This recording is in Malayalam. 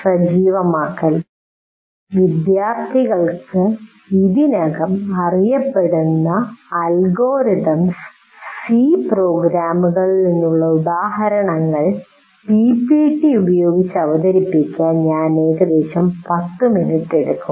സജീവമാക്കൽ വിദ്യാർത്ഥികൾക്ക് ഇതിനകം അറിയപ്പെടുന്ന അൽഗോരിതംസ് സി പ്രോഗ്രാമുകളിൽ നിന്നുള്ള ഉദാഹരണങ്ങൾ പിപിടി ഉപയോഗിച്ച് അവതരിപ്പിക്കാൻ ഞാൻ ഏകദേശം 10 മിനിറ്റ് എടുക്കും